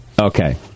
Okay